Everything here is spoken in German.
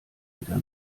wieder